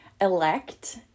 elect